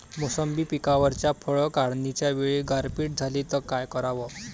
मोसंबी पिकावरच्या फळं काढनीच्या वेळी गारपीट झाली त काय कराव?